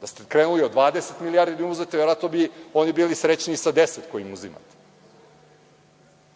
Da ste krenuli od 20 milijardi da im uzete, verovatno bili oni bili srećni sa deset koje im uzimate.